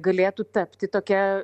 galėtų tapti tokia